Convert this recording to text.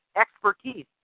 expertise